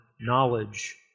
knowledge